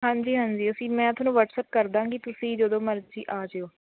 ਹਾਂਜੀ ਹਾਂਜੀ ਅਸੀਂ ਮੈਂ ਤੁਹਾਨੂੰ ਵੱਅਟਸਐਪ ਕਰਦਾਂਗੀ ਤੁਸੀਂ ਜਦੋਂ ਮਰਜ਼ੀ ਆ ਜੇਓ